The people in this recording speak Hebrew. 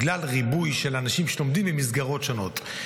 בגלל ריבוי של אנשים ממסגרות שונות שלומדים.